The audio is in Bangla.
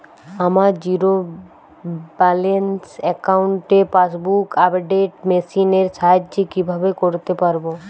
আমার জিরো ব্যালেন্স অ্যাকাউন্টে পাসবুক আপডেট মেশিন এর সাহায্যে কীভাবে করতে পারব?